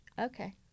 okay